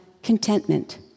contentment